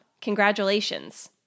Congratulations